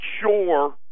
sure